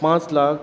पांच लाख